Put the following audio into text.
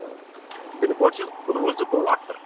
pin code چھِ کُنوُہ زٕتووُہ اَکہٕ تٕرٛہ